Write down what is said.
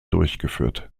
durchgeführt